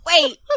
wait